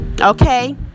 okay